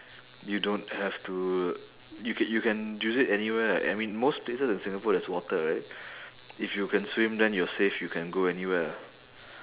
you don't have to you ca~ you can use it anywhere right I mean most places in singapore there's water right if you can swim then you're safe you can go anywhere ah